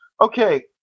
Okay